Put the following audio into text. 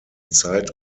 zeit